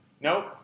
Nope